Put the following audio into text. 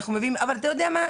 אבל אתה יודע מה,